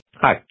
Hi